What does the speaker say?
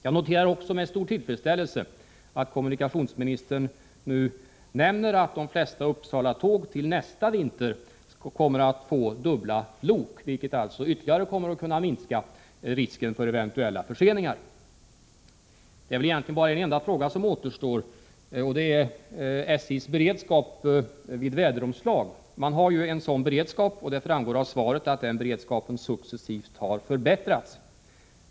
Jag noterar också med stor tillfredsställelse att kommunikationsministern nu nämner att de flesta Uppsalatåg till nästa vinter skall få dubbla lok, vilket ytterligare kommer att kunna minska risken för förseningar. Det är egentligen bara en enda fråga som återstår: SJ:s beredskap vid väderomslag. SJ har ju en sådan beredskap, och det framgår av svaret att den successivt har förbättrats.